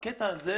בקטע הזה,